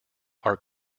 are